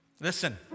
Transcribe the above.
Listen